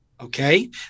Okay